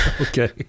Okay